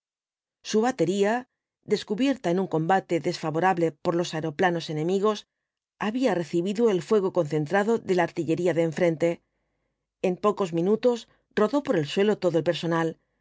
su batería descubierta en un combate desfavorable por los aeroplanos enemigos había recibido el fuego concentrado de la artillería de enfrente en pocos minutos rodó por el suelo todo el personal